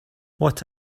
what